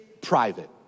private